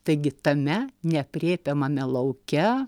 taigi tame neaprėpiamame lauke